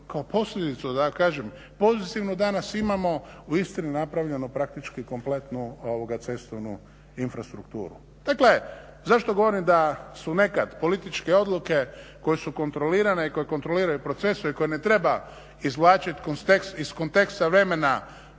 kao posljedicu, da ja kažem, pozitivnu danas imamo u Istri napravljenu praktički kompletnu cestovnu infrastrukturu. Dakle, zašto govorim da su nekad političke odluke koje su kontrolirane i koje kontroliraju procese i koje ne treba izvlačiti iz konteksta vremena